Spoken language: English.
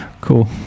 Cool